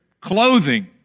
clothing